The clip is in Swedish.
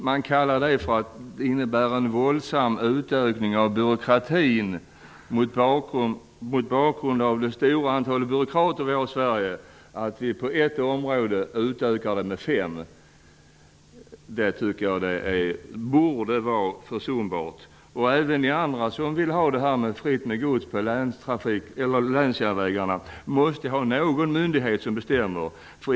Man kallar det för en våldsam ökning av byråkratin att vi på ett område utökar det stora antal byråkrater som vi har i Sverige med fem personer! Det tycker jag borde vara försumbart. Även ni andra som vill att det skall vara fritt att trafikera länsjärnvägarna med godsvagnar måste ju vilja ha någon myndighet som bestämmer.